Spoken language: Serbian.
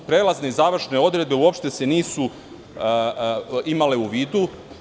Prelazne i završne odredbe uopšte se nisu imale u vidu.